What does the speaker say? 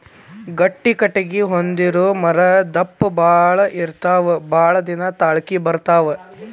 ಗಟ್ಟಿ ಕಟಗಿ ಹೊಂದಿರು ಮರಾ ದಪ್ಪ ಬಾಳ ಇರತಾವ ಬಾಳದಿನಾ ತಾಳಕಿ ಬರತಾವ